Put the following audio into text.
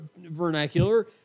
vernacular